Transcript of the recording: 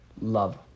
love